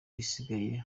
ibisigaye